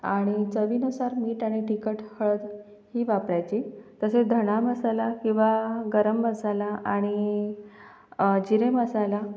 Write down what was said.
आणि चवीनुसार मीठ आणि तिखट हळद ही वापरायची तसेच धणा मसाला किंवा गरम मसाला आणि जिरे मसाला